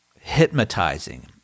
hypnotizing